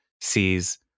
sees